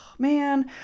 man